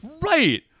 Right